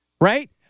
right